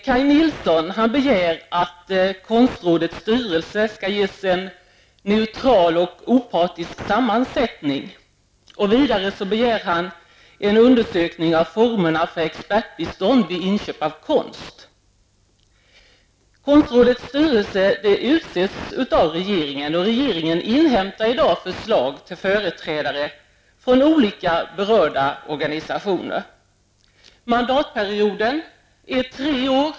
Kaj Nilsson begär att konstrådets styrelse skall ges en neutral och opartisk sammansättning. Vidare begär han en undersökning av formerna för expertbistånd vid inköp av konst. Konstrådets styrelse utses av regeringen. Regeringen inhämtar då förslag till företrädare från olika berörda organisationer. Mandatperioden är tre år.